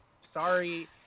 sorry